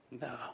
No